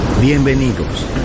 Bienvenidos